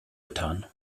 getan